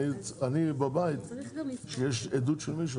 אני מנכ"ל תאגיד המים מעיינות העמקים ויו"ר הפורום.